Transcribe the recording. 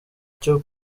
cyo